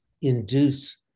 induce